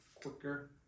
quicker